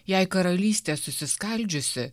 jei karalystė susiskaldžiusi